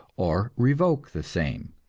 or revoke the same.